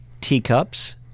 teacups